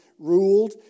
ruled